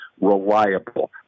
reliable